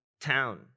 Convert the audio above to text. town